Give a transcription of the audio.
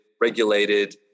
regulated